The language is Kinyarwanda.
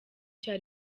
cya